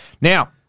Now